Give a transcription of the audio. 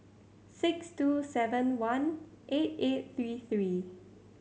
six two seven one eight eight three three